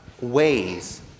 ways